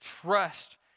trust